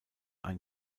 ein